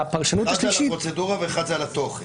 והפרשנות השלישית --- אחת זה על הפרוצדורה ואחת זה על התוכן.